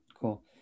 Cool